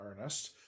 earnest